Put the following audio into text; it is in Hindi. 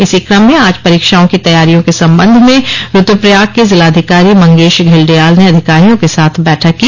इसी क्रम में आज परीक्षाओं की तैयारियों के संबंध में रूद्रप्रयाग के जिलाधिकारी मंगेश घिल्डियाल ने अधिकारियों के साथ बैठक की